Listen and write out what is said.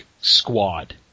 squad